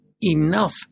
enough